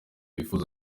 wifuza